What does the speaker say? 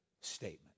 statement